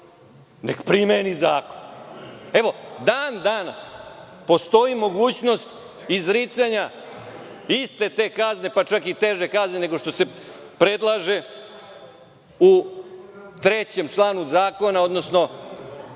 neka primeni zakon. Dan danas postoji mogućnost izricanja iste te kazne, pa čak i teže kazne nego što se predlaže u trećem članu zakona, odnosno